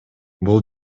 бул